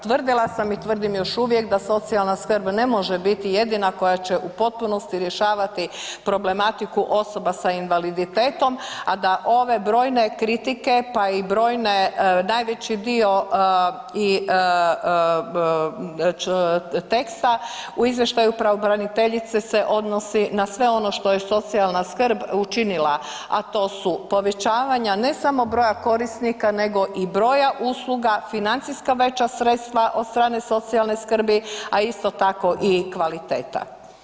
Tvrdila sam i tvrdim još uvijek da socijalna skrb ne može biti jedina koja će u potpunosti rješavati problematiku osoba sa invaliditetom, a da ove brojne kritike, pa i brojne, najveći dio i teksta u izvještaju pravobraniteljice se odnosi na sve ono što je socijalna skrb učinila, a to su povećavanja ne samo broja korisnika nego i broja usluga, financijska veća sredstva od strane socijalne skrbi, a isto tako i kvaliteta.